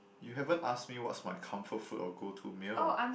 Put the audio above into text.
you haven't ask me what's my comfort food or go to meal